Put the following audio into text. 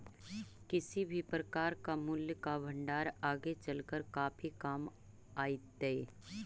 किसी भी प्रकार का मूल्य का भंडार आगे चलकर काफी काम आईतई